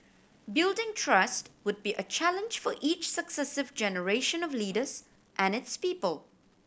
building trust would be a challenge for each successive generation of leaders and its people